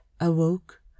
awoke